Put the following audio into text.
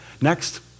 Next